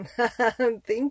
Thank